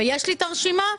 ויש לי את הרשימה,